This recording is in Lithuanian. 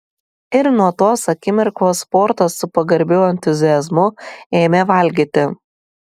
ir nuo tos akimirkos portas su pagarbiu entuziazmu ėmė valgyti